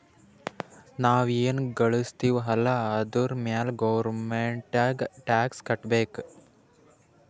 ನಾವ್ ಎನ್ ಘಳುಸ್ತಿವ್ ಅಲ್ಲ ಅದುರ್ ಮ್ಯಾಲ ಗೌರ್ಮೆಂಟ್ಗ ಟ್ಯಾಕ್ಸ್ ಕಟ್ಟಬೇಕ್